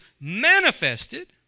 manifested